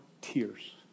tears